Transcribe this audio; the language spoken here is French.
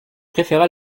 préféra